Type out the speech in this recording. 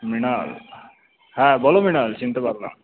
মৃণাল হ্যাঁ বলো মৃণাল চিনতে পারলাম